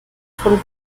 von